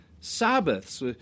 Sabbaths